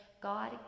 God